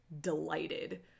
delighted